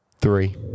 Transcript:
Three